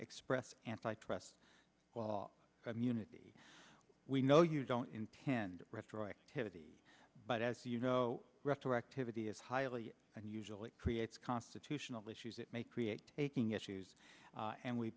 express antitrust immunity we know you don't intend retroactivity but as you know retroactivity is highly unusual it creates constitutional issues it may create taking issues and we